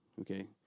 Okay